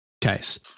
case